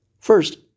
First